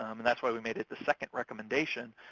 um and that's why we made it the second recommendation,